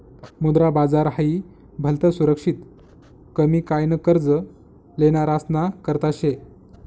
मुद्रा बाजार हाई भलतं सुरक्षित कमी काय न कर्ज लेनारासना करता शे